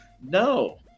No